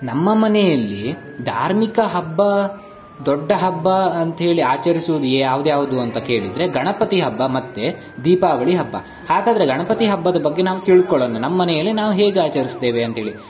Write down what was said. ನಮ್ಮ ಮನೆಯಲ್ಲಿ ಧಾರ್ಮಿಕ ಹಬ್ಬ ದೊಡ್ಡ ಹಬ್ಬ ಅಂತೇಳಿ ಆಚರಿಸುವುದು ಯಾವುದ್ಯಾವ್ದು ಅಂತ ಕೇಳಿದರೆ ಗಣಪತಿ ಹಬ್ಬ ಮತ್ತು ದೀಪಾವಳಿ ಹಬ್ಬ ಹಾಗಾದರೆ ಗಣಪತಿ ಹಬ್ಬದ ಬಗ್ಗೆ ನಾವು ತಿಳ್ಕೊಳಣ ನಮ್ಮ ಮನೆಯಲ್ಲಿ ನಾವು ಹೇಗೆ ಆಚರಿಸ್ತೇವೆ ಅಂತೇಳಿ